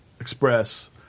Express